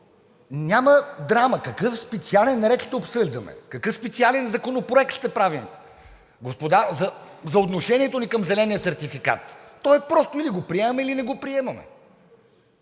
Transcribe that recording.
Няма драма! Какъв специален ред ще обсъждаме? Какъв специален законопроект ще правим, господа, за отношението ни към зеления сертификат? То е просто – или го приемаме, или не го приемаме.